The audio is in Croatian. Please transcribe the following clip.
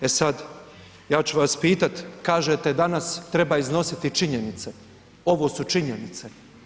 E sad, ja ću vas pitati kažete danas treba iznositi činjenice, ovo su činjenice.